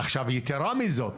עכשיו, יתרה מכך,